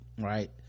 right